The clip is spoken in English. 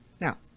Now